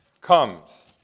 comes